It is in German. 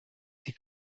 die